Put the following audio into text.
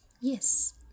Yes